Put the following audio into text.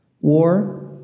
War